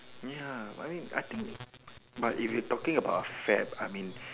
ya but I mean I think but if you talking about a fad I mean